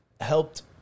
Helped